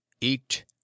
Eat